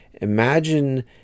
Imagine